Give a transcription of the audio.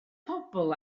pobl